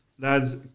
lads